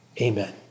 Amen